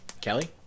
Kelly